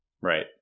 Right